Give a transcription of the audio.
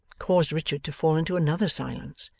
caused richard to fall into another silence,